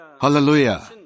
Hallelujah